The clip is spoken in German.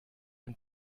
dem